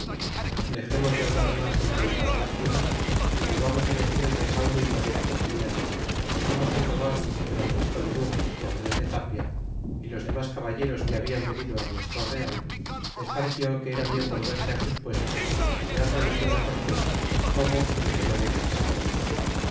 dexemos de hablar mas en contar lástimas y volvamos decir el recaudo y manera que teniamos y como sandoval y francisco de lugo y andres de tapia y los demas caballeros que hablan venido nuestro real les pareció que era bien volverse sus puestos y dar relacion cortes como y de que manera estábamos